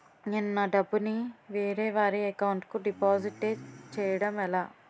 నేను నా డబ్బు ని వేరే వారి అకౌంట్ కు డిపాజిట్చే యడం ఎలా?